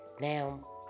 Now